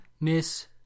Miss